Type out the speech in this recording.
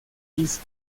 hizo